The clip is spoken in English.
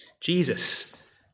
Jesus